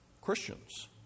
Christians